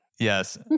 Yes